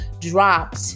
dropped